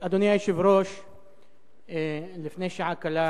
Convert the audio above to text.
אדוני היושב-ראש, לפני שעה קלה